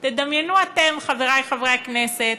תדמיינו אתם, חבריי חברי הכנסת,